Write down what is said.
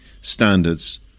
standards